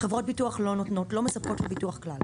חברות הביטוח לא מספקות לו ביטוח כלל.